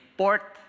port